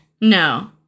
No